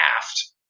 aft